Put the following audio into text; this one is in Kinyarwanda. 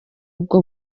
ubwo